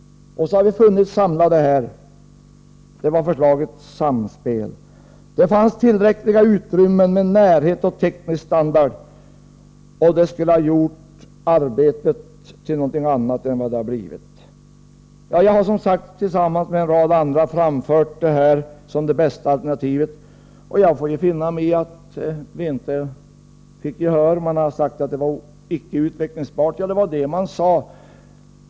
Då hade vi funnits samlade här. Detta var förslaget Samspel. Detta förslag skulle ha inneburit att det fanns tillräckliga utrymmen med närhet och teknisk standard, och det skulle ha gjort arbetet till något annat än vad det har blivit. Jag har som sagt tillsammans med en rad andra framfört detta som det bästa alternativet, och jag får finna mig i att vi inte fick gehör. Man har sagt att förslaget inte var utvecklingsbart. Ja, det var det man sade.